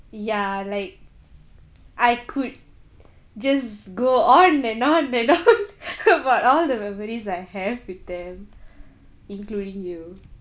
ya like I could just go on and on and on about all the memories I have with them including you